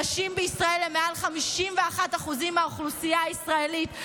הנשים בישראל הן מעל 51% מהאוכלוסייה הישראלית.